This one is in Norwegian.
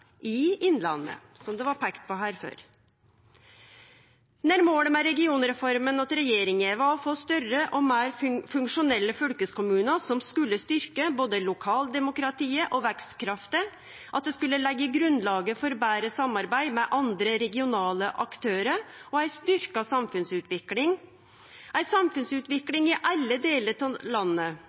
i Innlandet, som det blei peika på her før. Målet med regionreforma til regjeringa var å få større og meir funksjonelle fylkeskommunar som skulle styrkje både lokaldemokratiet og vekstkrafta, og at det skulle leggje grunnlaget for betre samarbeid med andre regionale aktørar og gje ei styrkt samfunnsutvikling – ei samfunnsutvikling i alle delar av landet,